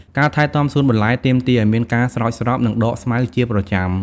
ការថែទាំសួនបន្លែទាមទារឱ្យមានការស្រោចស្រព និងដកស្មៅជាប្រចាំ។